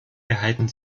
erhalten